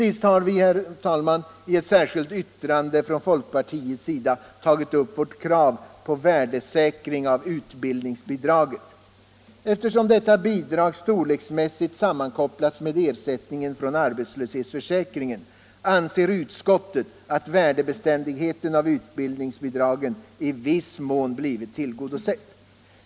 I ett särskilt yttrande har vi från folkpartiets sida tagit upp vårt krav på värdesäkring av utbildningsbidraget. Eftersom detta bidrag storleksmässigt sammankopplats med ersättningen från arbetslöshetsförsäkringen anser utskottet att värdebeständigheten av utbildningsbidraget i viss mån blivit tillgodosett.